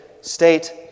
state